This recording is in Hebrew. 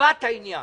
ליבת העניין.